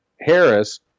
Harris